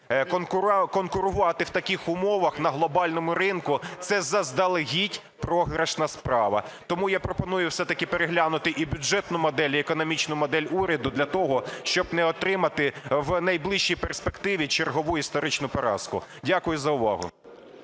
Конкурувати в таких умовах на глобальному ринку – це заздалегідь програшна справа. Тому я пропоную все-таки переглянути і бюджетну модель, і економічну модель уряду для того, щоб не отримати в найближчій перспективі чергову історичну поразку. Дякую за увагу.